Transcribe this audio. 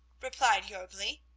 replied jorgli,